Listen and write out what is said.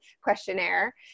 questionnaire